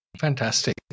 Fantastic